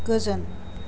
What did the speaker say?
गोजोन